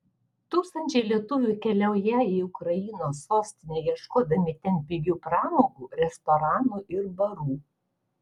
tūkstančiai lietuvių keliaują į ukrainos sostinę ieškodami ten pigių pramogų restoranų ir barų